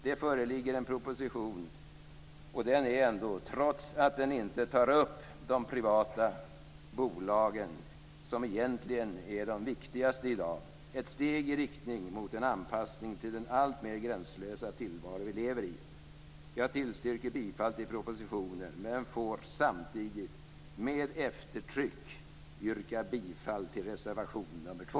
Den föreliggande propositionen är ändå, trots att den inte tar upp de privata bolagen som egentligen är de viktigaste i dag, ett steg i riktning mot en anpassning till den alltmer gränslösa tillvaro vi lever i. Jag tillstyrker bifall till propositionen men yrkar samtidigt med eftertryck bifall till reservation nr 2.